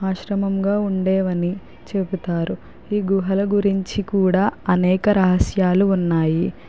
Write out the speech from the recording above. ఆశ్రమంగా ఉండేవని చెబుతారు ఈ గుహల గురించి కూడా అనేక రహస్యాలు ఉన్నాయి